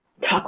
talk